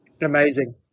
Amazing